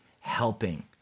helping